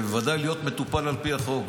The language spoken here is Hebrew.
ובוודאי להיות מטופל על פי החוק,